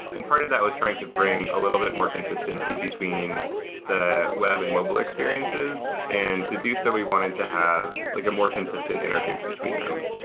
and part of that was trying to bring a little more consistency between the web and mobile experiences, and to do so we wanted to have like a more consistent interface between them.